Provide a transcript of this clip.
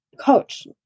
coach